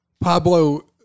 Pablo